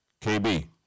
KB